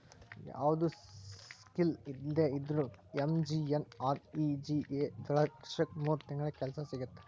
ಯಾವ್ದು ಸ್ಕಿಲ್ ಇಲ್ದೆ ಇದ್ರೂ ಎಂ.ಜಿ.ಎನ್.ಆರ್.ಇ.ಜಿ.ಎ ದೊಳಗ ವರ್ಷಕ್ ಮೂರ್ ತಿಂಗಳರ ಕೆಲ್ಸ ಸಿಗತ್ತ